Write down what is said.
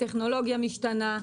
הטכנולוגיה משתנה,